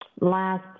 last